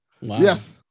Yes